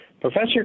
Professor